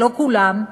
לא כולם,